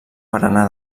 barana